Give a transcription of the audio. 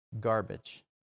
garbage